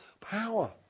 power